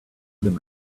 him